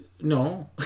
no